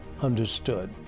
understood